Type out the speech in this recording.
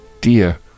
dear